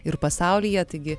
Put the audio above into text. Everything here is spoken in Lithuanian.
ir pasaulyje taigi